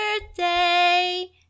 birthday